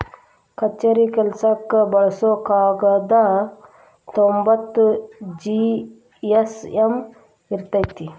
ಕಛೇರಿ ಕೆಲಸಕ್ಕ ಬಳಸು ಕಾಗದಾ ತೊಂಬತ್ತ ಜಿ.ಎಸ್.ಎಮ್ ಇರತತಿ